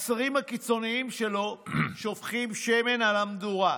השרים הקיצוניים שלו שופכים שמן למדורה: